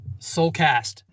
Soulcast